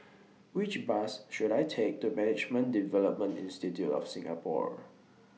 Which Bus should I Take to Management Development Institute of Singapore